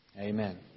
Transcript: amen